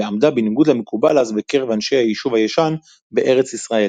ועמדה בניגוד למקובל אז בקרב אנשי היישוב הישן בארץ ישראל.